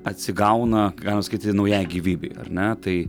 atsigauna galima sakyti naujai gyvybei ar ne tai